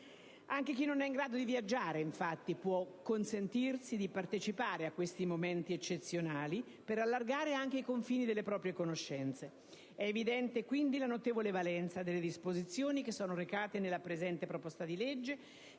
anche chi non è in grado di viaggiare, infatti, può così essere messo in condizione di partecipare a questi momenti eccezionali per allargare anche i confini delle proprie conoscenze. È evidente, quindi, la notevole valenza delle disposizioni recate nel presente disegno di legge,